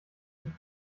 nicht